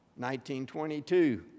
1922